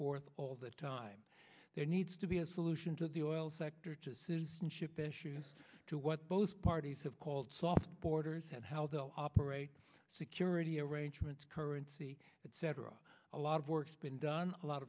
forth all the time there needs to be a solution to the oil sector to citizenship issues to what both parties have called soft borders and how they operate security arrangements currency etc a lot of works been done a lot